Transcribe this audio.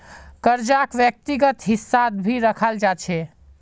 कर्जाक व्यक्तिगत हिस्सात भी रखाल जा छे